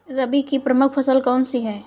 रबी की प्रमुख फसल कौन सी है?